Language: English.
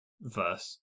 verse